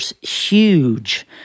huge